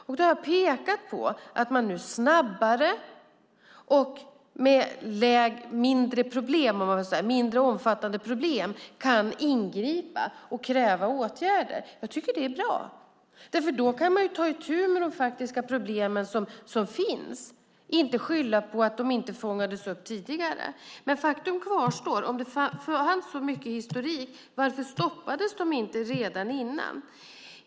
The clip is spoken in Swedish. Vi har pekat på att man nu snabbare och med mindre omfattande problem kan ingripa och kräva åtgärder. Jag tycker att det är bra, därför att då kan man ta itu med de faktiska problem som finns, inte skylla på att de inte fångades upp tidigare. Faktum kvarstår, om det fanns så mycket historik, varför stoppades de inte redan innan?